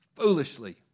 foolishly